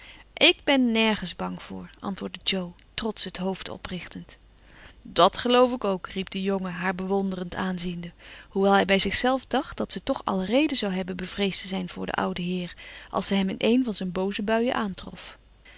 ik ben nergens bang voor antwoordde jo trotsch het hoofd oprichtend dat geloof ik ook riep de jongen haar bewonderend aanziende hoewel hij bij zichzelf dacht dat ze toch alle reden zou hebben bevreesd te zijn voor den ouden heer als ze hem in een van zijn booze buien aantrof